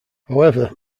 however